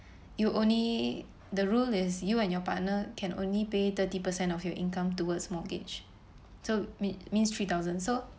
you only the rule is you and your partner can only pay thirty percent of your income towards mortgage so me~ means three thousand so